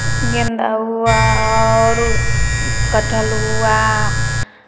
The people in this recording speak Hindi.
गेंदा हुआ और कटहल हुआ